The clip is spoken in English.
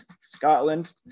Scotland